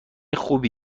خوبی